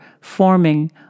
forming